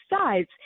sides